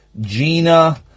Gina